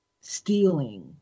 stealing